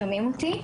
ג':